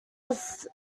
was